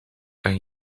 kan